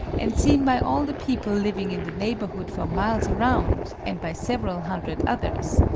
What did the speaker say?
and seen by all the people living in the neighborhood for miles around, and by several hundred others,